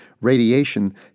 Radiation